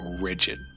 rigid